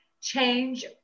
change